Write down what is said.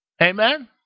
Amen